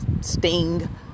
sting